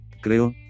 Creo